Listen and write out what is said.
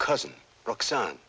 cousin roxanne